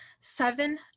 seven